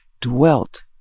dwelt